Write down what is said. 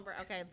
Okay